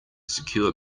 secure